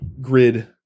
Grid